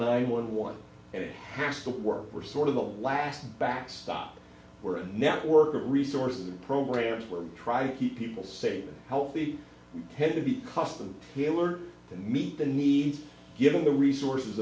nine one one and it has to work we're sort of the last backstop where a network of resources programs where we try to keep people safe healthy has to be custom tailored to meet the needs given the resources